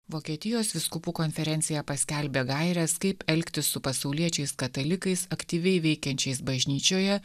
vokietijos vyskupų konferencija paskelbė gaires kaip elgtis su pasauliečiais katalikais aktyviai veikiančiais bažnyčioje